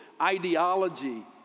ideology